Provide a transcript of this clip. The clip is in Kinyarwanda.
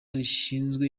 rishinzwe